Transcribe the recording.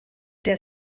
der